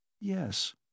Yes